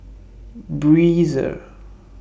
Breezer